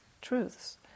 truths